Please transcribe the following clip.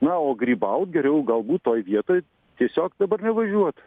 na o grybaut geriau galbūt toj vietoj tiesiog dabar nevažiuot